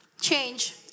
change